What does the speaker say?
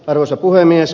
arvoisa puhemies